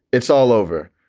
it's all over,